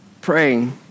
praying